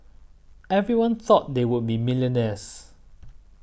everyone thought they would be millionaires